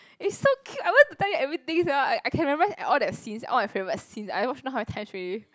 is so cute I want to tell you everything sia I I can memorise all that scenes all my favourite scenes I watch don't know how many times already